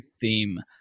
theme